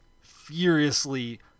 furiously